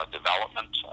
development